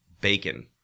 bacon